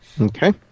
Okay